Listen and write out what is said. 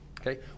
Okay